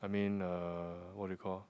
I mean uh what do you call